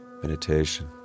Meditation